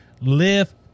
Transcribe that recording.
live